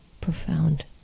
Profound